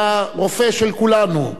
לרופא של כולנו,